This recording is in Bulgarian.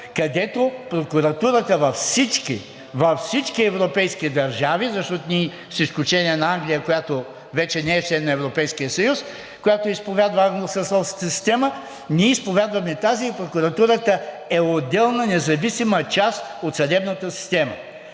където прокуратурата във всички, във всички европейски държави, защото ние, с изключение на Англия, която вече не е член на Европейския съюз, която изповядва англосаксонската система, ние изповядваме тази и прокуратурата е отделна, независима част от съдебната система.